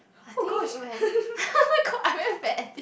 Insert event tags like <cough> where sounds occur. I think when <laughs> got I very bad at this